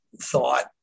thought